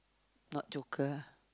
not Joker ah